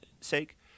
sake